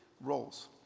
roles